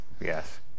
yes